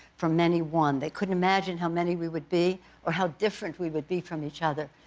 from many one. they couldn't imagine how many we would be or how different we would be from each other,